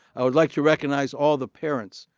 i would like to recognize all the parents,